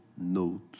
note